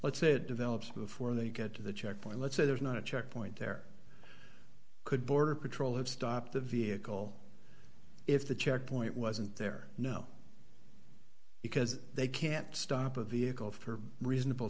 let's say it develops before they get to the checkpoint let's say there's not a checkpoint there could border patrol have stopped the vehicle if the checkpoint wasn't there know because they can't stop a vehicle for reasonable